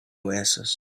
oasis